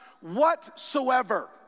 whatsoever